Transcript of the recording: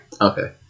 okay